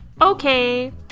Okay